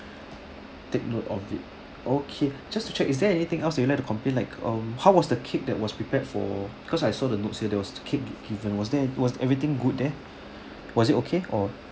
take note of it okay just to check is there anything else you would like to complain like um how was the cake that was prepared for cause I saw the notes here that was cake given was there was everything good there was it okay or